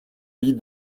lit